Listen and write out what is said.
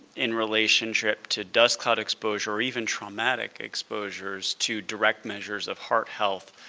in relationship to dust cloud exposure or even traumatic exposures, to direct measures of heart health,